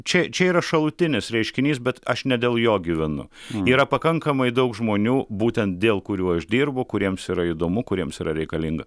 čia čia yra šalutinis reiškinys bet aš ne dėl jo gyvenu yra pakankamai daug žmonių būtent dėl kurių aš dirbu kuriems yra įdomu kuriems yra reikalinga